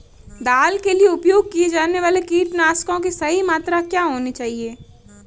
दाल के लिए उपयोग किए जाने वाले कीटनाशकों की सही मात्रा क्या होनी चाहिए?